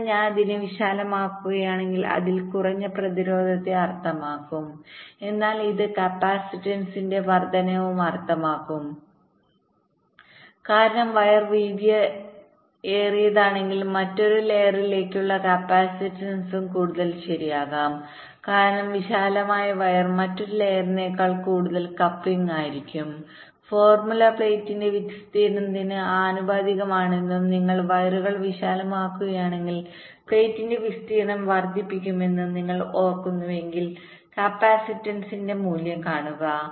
അതിനാൽ ഞാൻ അതിനെ വിശാലമാക്കുകയാണെങ്കിൽ അത് കുറഞ്ഞ പ്രതിരോധത്തെ അർത്ഥമാക്കും എന്നാൽ ഇത് കപ്പാസിറ്റൻസിന്റെ വർദ്ധനയും അർത്ഥമാക്കും കാരണം വയർ വീതിയേറിയതാണെങ്കിൽ മറ്റൊരു ലെയറിലേക്കുള്ള കപ്പാസിറ്റൻസും കൂടുതൽ ശരിയാകും കാരണം വിശാലമായ വയർ മറ്റൊരു ലെയറിനേക്കാൾ കൂടുതൽ കപ്ലിംഗ് ആയിരിക്കും ഫോർമുല പ്ലേറ്റിന്റെ വിസ്തീർണ്ണത്തിന് ആനുപാതികമാണെന്നും നിങ്ങൾ വയറുകൾ വിശാലമാക്കുകയാണെങ്കിൽ പ്ലേറ്റിന്റെ വിസ്തീർണ്ണം വർദ്ധിക്കുമെന്നും നിങ്ങൾ ഓർക്കുന്നുവെങ്കിൽ കപ്പാസിറ്റൻസിന്റെ മൂല്യം കാണുക